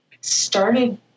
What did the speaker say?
started